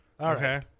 okay